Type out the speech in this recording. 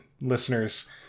listeners